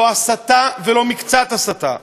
לא הסתה ולא מקצת הסתה.